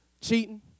cheating